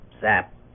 zap